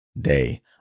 Day